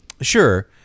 sure